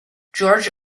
george